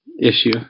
issue